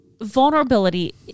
vulnerability